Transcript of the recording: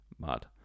mad